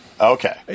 Okay